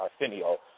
Arsenio